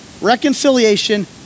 Reconciliation